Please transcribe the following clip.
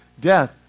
death